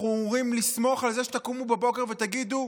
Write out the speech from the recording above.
אנחנו אמורים לסמוך על זה שתקומו בבוקר ותגידו: